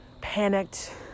panicked